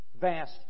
vast